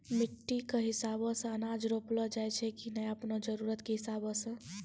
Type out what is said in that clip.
मिट्टी कॅ हिसाबो सॅ अनाज रोपलो जाय छै नै की आपनो जरुरत कॅ हिसाबो सॅ